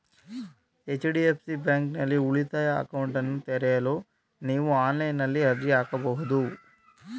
HDFC ಬ್ಯಾಂಕ್ನಲ್ಲಿ ಉಳಿತಾಯ ಅಕೌಂಟ್ನನ್ನ ತೆರೆಯಲು ನೀವು ಆನ್ಲೈನ್ನಲ್ಲಿ ಅರ್ಜಿ ಹಾಕಬಹುದು